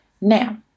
Now